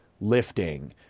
lifting